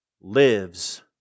lives